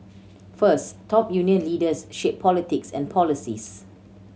first top union leaders shape politics and policies